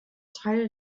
teil